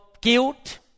guilt